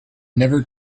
never